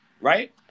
right